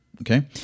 okay